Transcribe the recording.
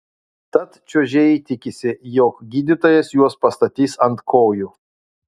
tad čiuožėjai tikisi jog gydytojas juos pastatys ant kojų